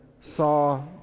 saw